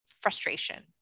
frustration